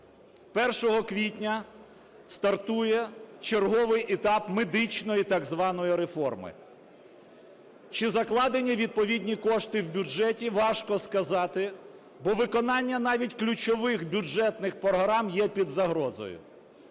1 квітня стартує черговий етап медичної так званої реформи. Чи закладені відповідні кошти в бюджеті, важко сказати, бо виконання навіть ключових бюджетних програм є під загрозою.